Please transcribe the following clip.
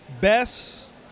best